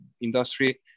industry